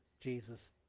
Jesus